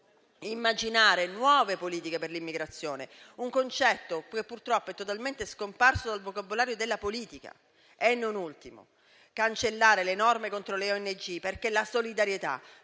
immaginare nuove politiche per l'immigrazione, un concetto purtroppo totalmente scomparso dal vocabolario della politica; non ultimo, a cancellare le norme contro le ONG, perché la solidarietà